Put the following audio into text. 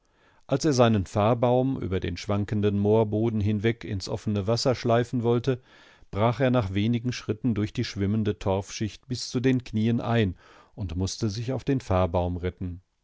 als er seinen fahrbaum über den schwankenden moorboden hinweg ins offene wasser schleifen wollte brach er nach wenigen schritten durch die schwimmende torfschicht bis zu den knien ein und mußte sich auf den fahrbaum retten